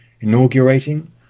inaugurating